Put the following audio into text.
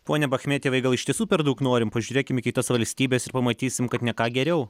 pone bachmetjevai gal iš tiesų per daug norim pažiūrėkim į kitas valstybes ir pamatysim kad ne ką geriau